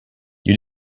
you